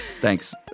Thanks